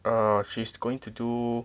err she's going to do